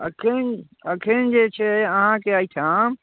एखन एखन जे छै अहाँकेँ एहिठाम